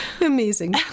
Amazing